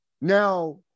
now